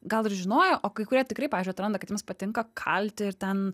gal ir žinojo o kai kurie tikrai pavyzdžiui atranda kad jiems patinka kalti ir ten